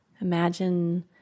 Imagine